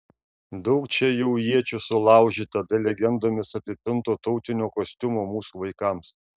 daug čia jau iečių sulaužyta dėl legendomis apipinto tautinio kostiumo mūsų vaikams